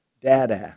Dada